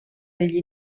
degli